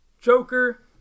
joker